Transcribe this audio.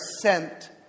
sent